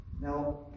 Now